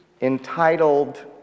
entitled